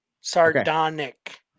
Sardonic